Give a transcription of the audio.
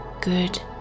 good